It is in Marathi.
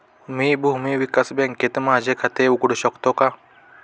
मी भूमी विकास बँकेत माझे खाते उघडू शकतो का?